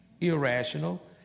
Irrational